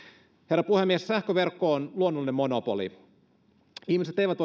herra puhemies sähköverkko on luonnollinen monopoli ihmiset eivät